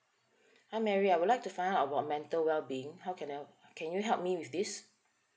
hi mary I would like to find out about mental well being how can uh can you help me with this